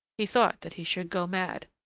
he thought that he should go mad.